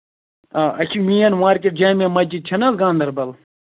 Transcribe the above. آ اَسہِ چھُ مین مارکیٹ جامعہ مسجِد چھٔناہ گانٛدربَل